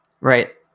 Right